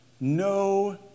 No